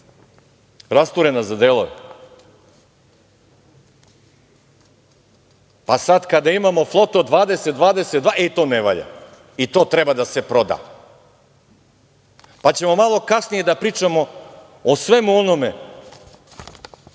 rastureni za delove, a sada kada imamo flotu 20, 22 i to ne valja i to treba da se proda, pa ćemo malo kasnije da pričamo o svemu onome